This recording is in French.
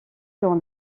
dans